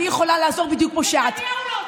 את יכולה לעצור את שמחה רוטמן?